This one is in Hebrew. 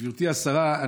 גברתי השרה,